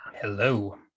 Hello